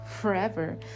forever